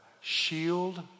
shield